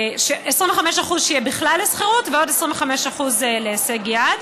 25% שיהיה בכלל לשכירות ועוד 25% להישג יד.